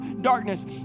darkness